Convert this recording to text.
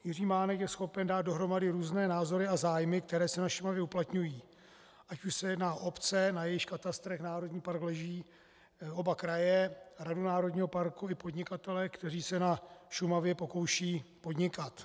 Jiří Mánek je schopen dát dohromady různé názory a zájmy, které se na Šumavě uplatňují, ať už se jedná o obce, na jejichž katastrech národní park leží, oba kraje, radu národního parku i podnikatele, kteří se na Šumavě pokoušejí podnikat.